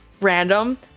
random